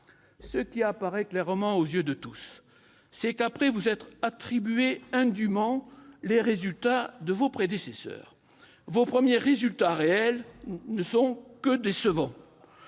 Ce qui apparaît clairement aux yeux de tous, c'est qu'après vous être attribué indûment les résultats de vos prédécesseurs, vos premiers résultats réels sont plus que décevants,